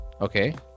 Okay